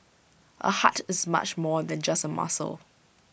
A heart is much more than just A muscle